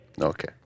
Okay